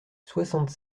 soixante